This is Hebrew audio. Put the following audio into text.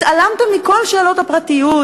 התעלמתם מכל שאלות הפרטיות,